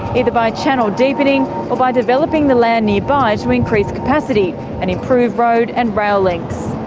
either by channel deepening or by developing the land nearby to increase capacity and improve road and rail links.